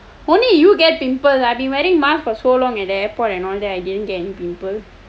only you get pimple I have been wearing mask for so long at the airport I didn't get any pimple